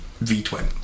V-twin